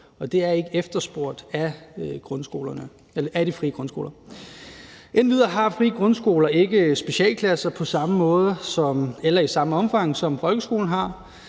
det er ikke efterspurgt af de frie grundskoler. Endvidere har frie grundskoler ikke specialklasser, på samme måde eller i samme omfang som folkeskolen har,